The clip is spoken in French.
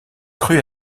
cru